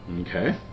Okay